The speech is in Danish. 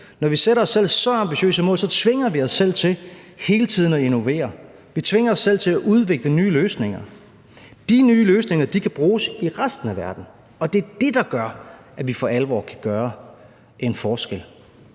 på de mellem 60 og 70 pct. – så tvinger vi os selv til hele tiden at innovere. Vi tvinger os selv til at udvikle nye løsninger. De nye løsninger kan bruges i resten af verden, og det er det, der gør, at vi for alvor kan gøre en forskel.